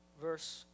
verse